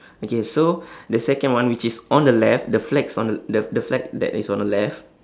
okay so the second one which is on the left the flags on the the the flag that is on the left